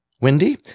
Wendy